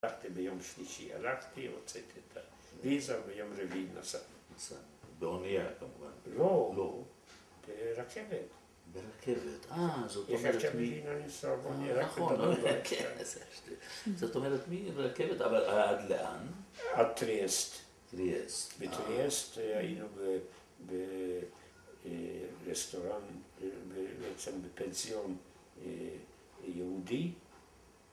‫הלכתי ביום שלישי, הלכתי, ‫הוצאתי את הויזה ביום רביעי נסעתי. ‫באניה כמובן, לא לא, ברכבת. ‫ברכבת, אה, זאת אומרת... ‫באניה, נכון, ברכבת. ‫זאת אומרת מי ברכבת, ‫אבל עד לאן? ‫עד טריאסט. ‫-טריאסט, אה. ‫בטריאסט היינו ברסטוראנט, ‫למשל בפנסיון יהודי.